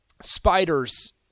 Spiders